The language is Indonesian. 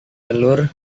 telur